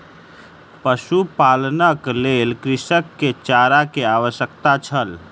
पशुपालनक लेल कृषक के चारा के आवश्यकता छल